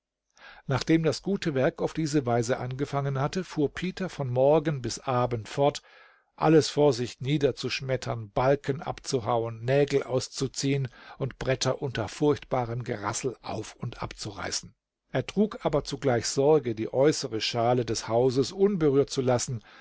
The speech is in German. nachdem das gute werk auf diese weise angefangen hatte fuhr peter von morgen bis abend fort alles vor sich nieder zu schmettern balken abzuhauen nägel auszuziehen und bretter unter furchtbarem gerassel auf und abzureißen er trug aber zugleich sorge die äußere schale des hauses unberührt zu lassen